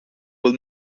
will